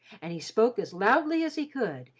and he spoke as loudly as he could,